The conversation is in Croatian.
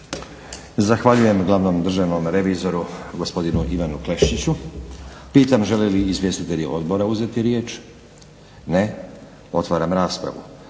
Zahvaljujem glavnom državnom revizoru gospodinu Ivanu Kleščiću. Pitam žele li izvjestitelji odbora uzeti riječ? Ne. Otvaram raspravu.